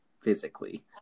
physically